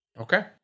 Okay